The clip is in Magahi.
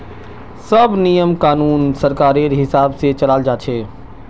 सब नियम कानून सरकारेर हिसाब से चलाल जा छे